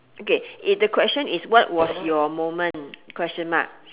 okay i~ the question is what was your moment question mark